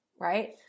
right